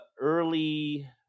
early